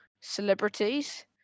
celebrities